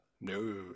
No